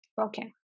Okay